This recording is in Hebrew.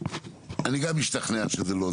אני גם אשתכנע שזה לא,